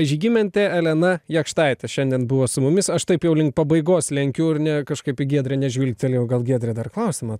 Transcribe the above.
žygimantė elena jakštaitė šiandien buvo su mumis aš taip jau link pabaigos lenkiu ir ne kažkaip į giedrę nežvilgtelėjau gal giedrė dar klausimą